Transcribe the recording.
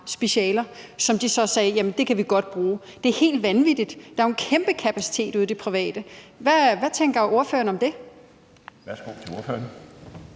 specialer, om hvilke man sagde: Det kan vi godt bruge. Det er helt vanvittigt. Der er jo en kæmpe kapacitet ude i det private. Hvad tænker ordføreren om det? Kl. 13:12 Den